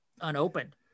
unopened